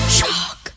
Shock